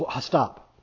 stop